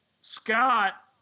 Scott